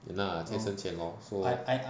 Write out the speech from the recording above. !hanna! 钱生钱 lor so